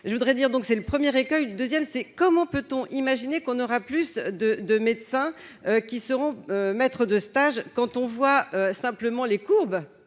je voudrais dire, donc, c'est le 1er écueil, le deuxième c'est comment peut-on imaginer qu'on aura plus de de médecins qui seront maître de stage, quand on voit simplement les courbes